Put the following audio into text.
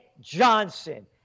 Johnson